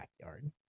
backyard